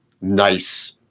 nice